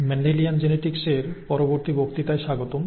Mendelian জেনেটিক্সের পরবর্তী বক্তৃতায় স্বাগতম